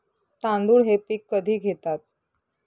तांदूळ हे पीक कधी घेतात?